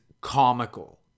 comical